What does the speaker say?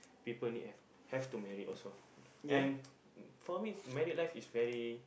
people need have have to married also and for me married life is very